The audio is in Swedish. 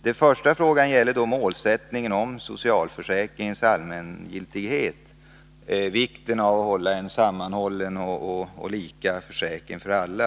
Den första gäller = 18 februari 1983 socialförsäkringens allmängiltighet: vikten av att ha en sammanhållen försäkring som gäller alla.